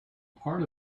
part